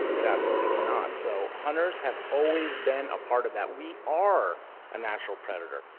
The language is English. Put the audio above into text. it absolutely cannot. so, hunters have always been a part of that. we are a natural predator.